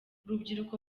urubyiruko